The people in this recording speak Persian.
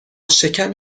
شکم